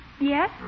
Yes